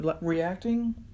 Reacting